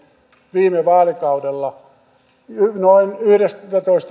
viime vaalikaudella noin